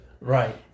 Right